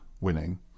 winning